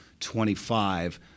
25